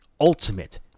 Ultimate